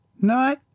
No